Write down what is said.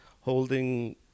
holding